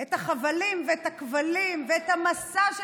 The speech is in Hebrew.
את החבלים ואת הכבלים ואת המשא של